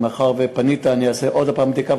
מאחר שפנית אני אעשה עוד הפעם בדיקה,